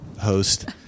host